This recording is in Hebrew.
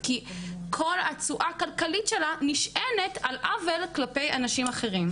כי כל התשואה הכלכלית שלה נשענת על עוול כלפי אנשים אחרים.